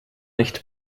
nicht